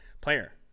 player